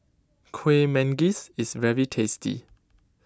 Kueh Manggis is very tasty